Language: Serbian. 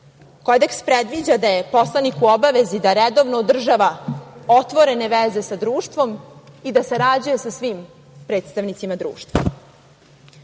predviđa da je poslanik u obavezi da redovno održava otvorene veze sa društvom i da sarađuje sa svim predstavnicima društva. Jedan